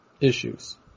issues